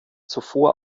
zuvor